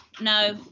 no